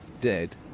dead